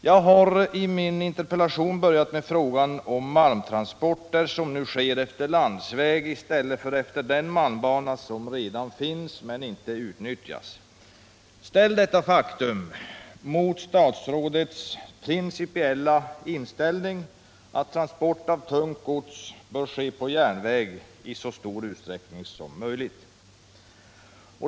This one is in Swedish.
Jag har i min interpellation börjat med frågan om de malmtransporter som nu sker efter landsväg i stället för efter den malmbana som redan finns men som inte utnyttjas. Ställ detta mot statsrådets principiella inställning att transport av tungt gods bör ske på järnväg i så stor utsträckning som möjligt.